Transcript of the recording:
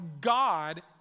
God